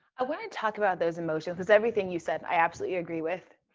i wanna talk about those emotions cuz everything you said, i absolutely agree with.